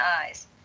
eyes